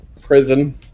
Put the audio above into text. prison